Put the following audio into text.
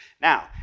now